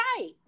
right